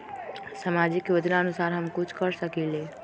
सामाजिक योजनानुसार हम कुछ कर सकील?